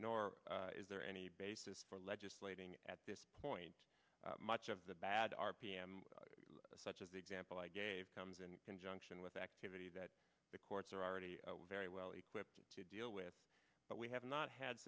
nor is there any basis for legislating at this point much of the bad rpm such as the example i gave comes in conjunction with activity that the courts are already very well equipped to deal with but we have not had